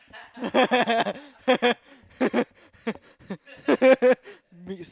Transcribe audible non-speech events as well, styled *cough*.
*laughs*